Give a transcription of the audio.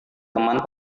teman